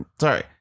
Sorry